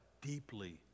deeply